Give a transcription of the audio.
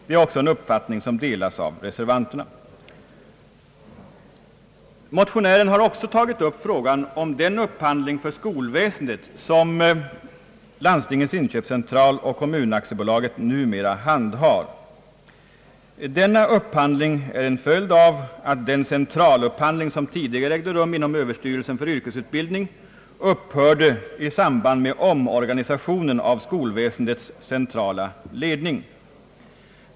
Det är också en uppfattning som delas av reservanterna. Motionären har också tagit upp frågan om den upphandling för skolväsendet som Landstingens inköpscentral och Kommunaktiebolaget numera handhar, Denna upphandling är en följd av att den centralupphandling som tidigare ägde rum inom Överstyrelsen för yrkesutbildning upphörde i samband med omorganisationen av skolväsendets centrala ledning.